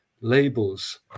labels